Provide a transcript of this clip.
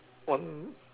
one